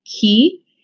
key